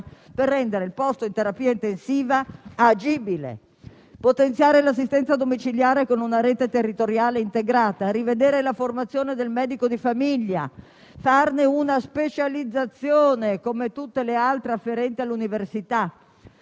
per rendere il posto in terapia intensiva agibile; potenziare l'assistenza domiciliare con una rete territoriale integrata; rivedere la formazione del medico di famiglia e farne una specializzazione, come tutte le altre afferenti all'università;